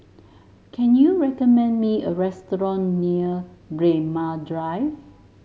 can you recommend me a restaurant near Braemar Drive